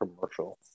commercial